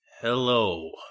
Hello